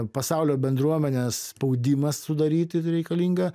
pasaulio bendruomenės spaudimas sudaryti reikalingą